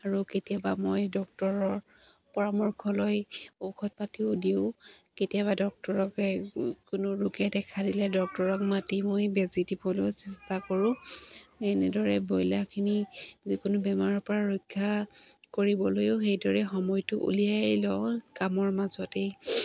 আৰু কেতিয়াবা মই ডক্টৰৰ পৰামৰ্শ লৈ ঔষধ পাতিও দিওঁ কেতিয়াবা ডক্টৰকে কোনো ৰোগে দেখা দিলে ডক্টৰক মাতি মই বেজী দিবলৈ চেষ্টা কৰোঁ এনেদৰে ব্ৰইলাৰখিনি যিকোনো বেমাৰৰপৰা ৰক্ষা কৰিবলৈয়ো সেইদৰে সময়টো উলিয়াই লওঁ কামৰ মাজতেই